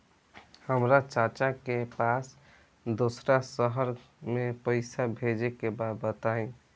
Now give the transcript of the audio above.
हमरा चाचा के पास दोसरा शहर में पईसा भेजे के बा बताई?